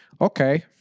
okay